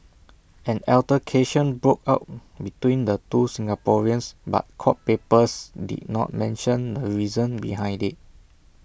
an altercation broke out between the two Singaporeans but court papers did not mention the reason behind IT